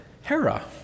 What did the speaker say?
Hera